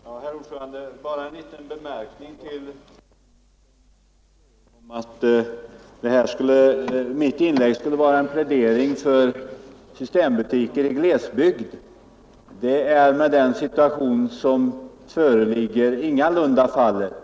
Herr talman! Bara en liten anmärkning till fru Normarks påstående att mitt inlägg skulle vara en plädering för systembutiker i glesbygd. Så är ingalunda fallet.